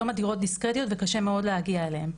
היום הדירות דיסקרטיות וקשה מאוד להגיע אליהן.